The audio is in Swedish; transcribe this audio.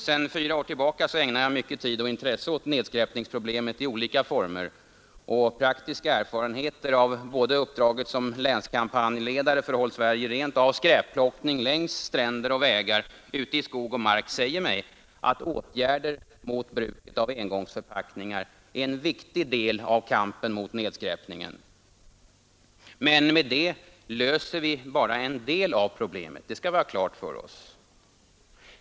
Sedan fyra år tillbaka ägnar jag mycken tid och mycket intresse åt nedskräpningsproblemet i olika former. Praktiska erfarenheter både av uppdraget som länskampanjledare för Håll Sverige rent och av skräpplockning längs stränder och vägar, ute i skog och mark, säger mig, att åtgärder mot bruket av engångsförpackningar är en viktig del av kampen mot nedskräpningen. Men med detta löser vi bara en del av problemet. Det skall vi ha klart för oss.